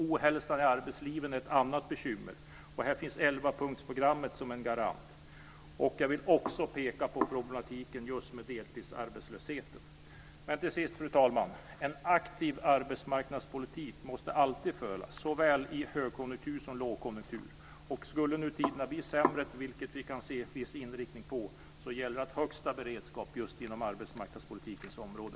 Ohälsan i arbetslivet är ett annat bekymmer. Här finns elvapunktsprogrammet som en garant. Jag vill också peka på problematiken med deltidsarbetslösheten. Till sist, fru talman: En aktiv arbetsmarknadspolitik måste alltid föras, såväl i högkonjunktur som i lågkonjunktur. Skulle nu tiderna bli sämre, en inriktning vi kan se, gäller det att ha högsta beredskap inom arbetsmarknadspolitikens område.